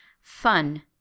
fun